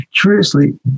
curiously